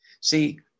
See